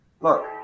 Look